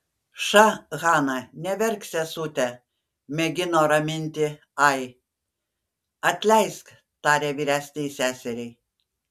ša hana neverk sesute mėgino raminti ai atleisk tarė vyresnei seseriai